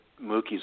Mookie's